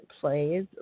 plays